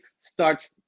starts